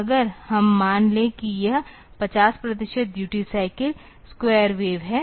तो अगर हम मान लें कि यह 50 प्रतिशत ड्यूटी साइकिल स्क्वायर वेव है